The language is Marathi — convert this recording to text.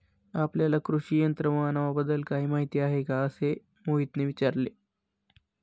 आपल्याला कृषी यंत्रमानवाबद्दल काही माहिती आहे का असे मोहितने विचारले?